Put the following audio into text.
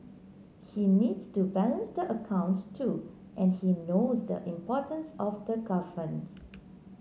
he needs to balance the accounts too and he knows the importance of governance